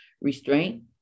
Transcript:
restraint